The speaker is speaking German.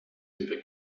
über